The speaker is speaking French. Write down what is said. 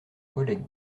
collègue